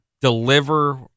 deliver